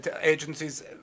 agencies